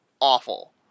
awful